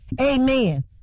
Amen